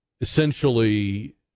essentially